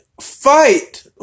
fight